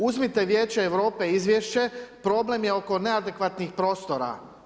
Uzmite Vijeće Europe izvješće problem je oko neadekvatnih prostora.